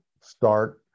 start